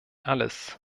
alles